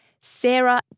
Sarah